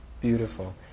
Beautiful